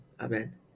Amen